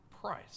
price